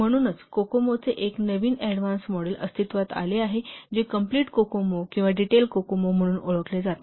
म्हणूनच कोकोमो चे एक नवीन ऍडव्हान्स मॉडेल अस्तित्त्वात आले आहे जे कंप्लिट कोकोमो किंवा डिटेल कोकोमो म्हणून ओळखले जाते